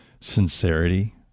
sincerity